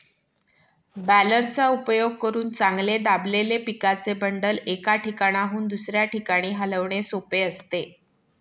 बॅलरचा उपयोग करून चांगले दाबलेले पिकाचे बंडल, एका ठिकाणाहून दुसऱ्या ठिकाणी हलविणे सोपे असते